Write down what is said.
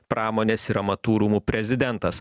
pramonės ir amatų rūmų prezidentas